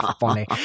Funny